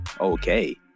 okay